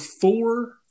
four